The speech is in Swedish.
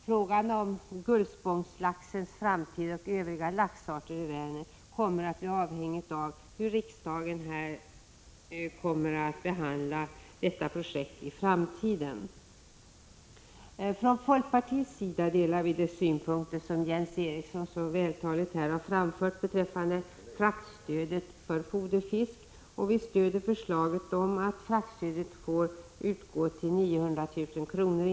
Frågan om framtiden för Gullspångslaxen och övriga laxarter i Vänern kommer att bli avhängig av hur riksdagen behandlar detta projekt i framtiden. Folkpartiet delar de synpunkter som Jens Eriksson så vältaligt har framfört beträffande fraktstödet för foderfisk. Vi stöder förslaget om att fraktstödet får uppgå till 900 000 kr.